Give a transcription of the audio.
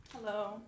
Hello